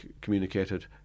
communicated